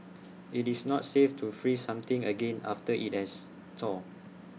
IT is not safe to freeze something again after IT has thawed